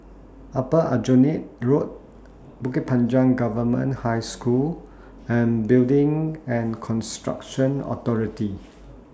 Upper Aljunied Road Bukit Panjang Government High School and Building and Construction Authority